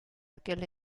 aquel